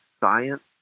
science